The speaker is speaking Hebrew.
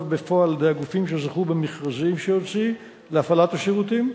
בפועל על-ידי הגופים שזכו במכרזים שהוציא להפעלת השירותים.